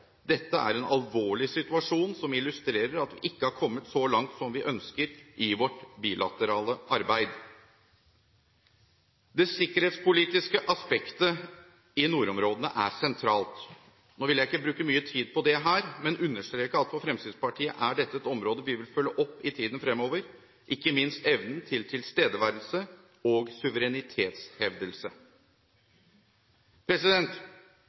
Dette er en alvorlig situasjon, som illustrerer at vi ikke har kommet så langt som vi ønsker i vårt bilaterale arbeid. Det sikkerhetspolitiske aspektet i nordområdene er sentralt. Nå vil jeg ikke bruke mye tid på det her, men understreke at for Fremskrittspartiet er dette et område vi vil følge opp i tiden fremover – ikke minst evnen til tilstedeværelse og suverenitetshevdelse.